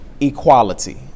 equality